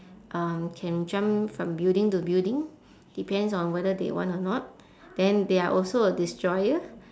um can jump from building to building depends on whether they want or not then they are also a destroyer